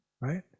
right